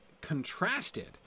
contrasted